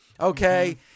Okay